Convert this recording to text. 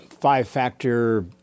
five-factor